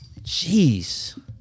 Jeez